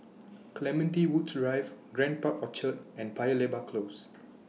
Clementi Woods Drive Grand Park Orchard and Paya Lebar Close